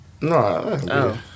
No